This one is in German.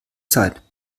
zeit